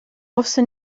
wusste